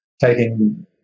taking